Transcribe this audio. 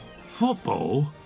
football